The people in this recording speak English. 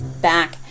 back